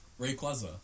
Rayquaza